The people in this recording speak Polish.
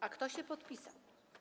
A kto się podpisał?